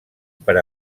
per